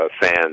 fans